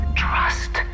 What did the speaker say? trust